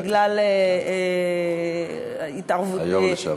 בגלל התערבות, היו"ר לשעבר.